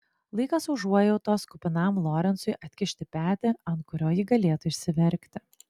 laikas užuojautos kupinam lorencui atkišti petį ant kurio ji galėtų išsiverkti